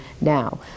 now